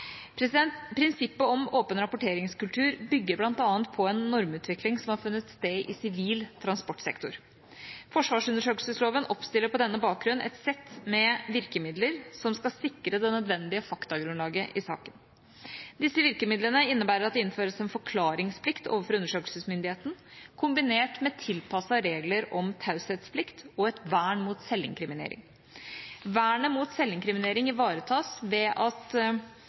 Prinsippet om åpen rapporteringskultur bygger bl.a. på en normutvikling som har funnet sted i sivil transportsektor. Forsvarsundersøkelsesloven oppstiller på denne bakgrunn et sett med virkemidler som skal sikre det nødvendige faktagrunnlaget i saken. Disse virkemidlene innebærer at det innføres en forklaringsplikt overfor undersøkelsesmyndigheten kombinert med tilpassede regler om taushetsplikt og et vern mot selvinkriminering. Vernet mot selvinkriminering ivaretas ved et forbud mot at